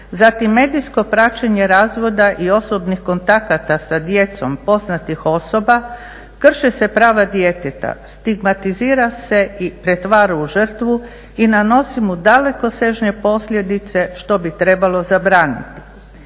Zatim, medijsko praćenje razvoda i osobnih kontakata sa djecom poznatih osoba krše se prava djeteta, stigmatizira se i pretvara u žrtvu i nanosi mu dalekosežne posljedice što bi trebalo zabraniti.